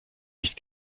nicht